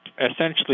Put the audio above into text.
essentially